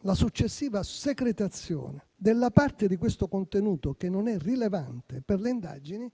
la successiva secretazione della parte di questo contenuto che non è rilevante per le indagini,